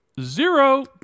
Zero